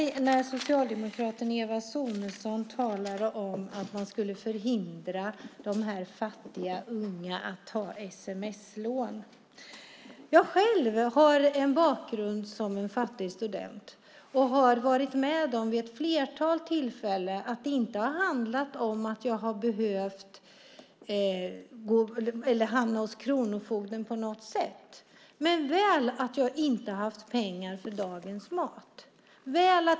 Det slog mig när socialdemokraten Eva Sonidsson talade om att man skulle hindra dessa fattiga unga att ta sms-lån. Jag har själv en bakgrund som fattig student. Vid ett flertal tillfällen har jag inte haft pengar till dagens mat, även om det inte har handlat om att jag har behövt hamna hos kronofogden.